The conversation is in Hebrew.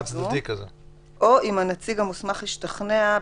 או אם הנציג המוסמך השתכנע,